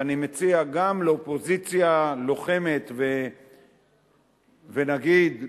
ואני מציע גם לאופוזיציה הלוחמת, ונגיד,